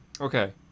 Okay